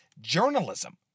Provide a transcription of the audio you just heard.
journalism